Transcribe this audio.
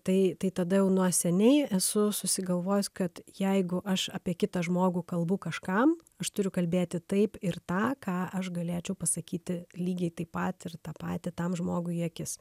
tai tai tada jau nuo seniai esu susigalvojus kad jeigu aš apie kitą žmogų kalbu kažkam aš turiu kalbėti taip ir tą ką aš galėčiau pasakyti lygiai taip pat ir tą patį tam žmogui į akis